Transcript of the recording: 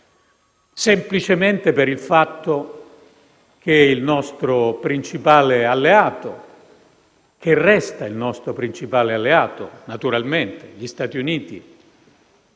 semplicemente per il fatto che il nostro principale alleato, che naturalmente resta il nostro principale alleato, cioè gli Stati Uniti,